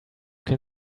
can